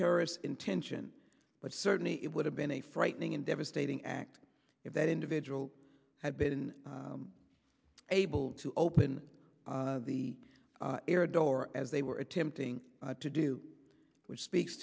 terrorist intention but certainly it would have been a frightening and devastating act if that individual had been able to open the door as they were attempting to do which speaks